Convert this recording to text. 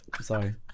Sorry